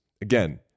Again